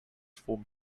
formed